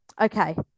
okay